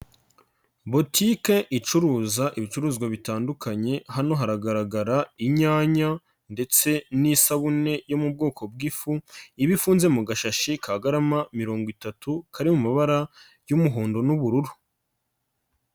Botike icuruza ibicuruzwa bitandukanye, hano haragaragara inyanya ndetse n'isabune yo mu bwoko bw'ifu iba ifunze mu gashashi ka garama mirongo itatu, kari mu mabara y'umuhondo n'ubururu.